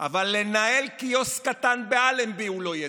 אבל לנהל קיוסק קטן באלנבי הוא לא ידע.